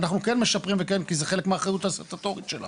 אנחנו כן משפרים כי זה חלק מהאחריות הסטטוטורית שלנו,